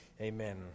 Amen